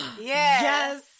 Yes